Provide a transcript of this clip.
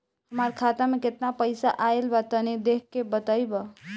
हमार खाता मे केतना पईसा आइल बा तनि देख के बतईब?